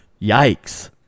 Yikes